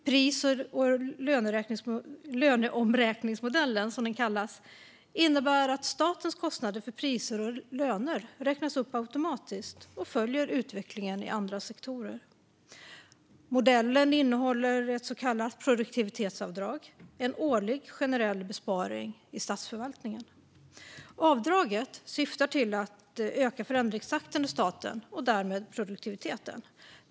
Pris och löneomräkningsmodellen, som den kallas, innebär att statens kostnader för priser och löner räknas upp automatiskt och följer utvecklingen i andra sektorer. Modellen innehåller ett så kallat produktivitetsavdrag, en årlig generell besparing i statsförvaltningen. Avdraget syftar till att öka förändringstakten i staten och därmed produktiviteten.